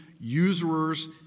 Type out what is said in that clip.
usurers